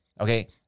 okay